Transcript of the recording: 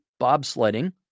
bobsledding